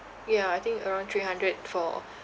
ya I think around three hundred for